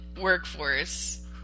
workforce